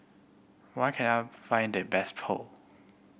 where can I find the best Pho